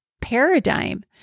paradigm